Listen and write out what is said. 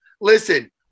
Listen